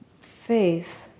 faith